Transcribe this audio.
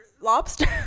lobster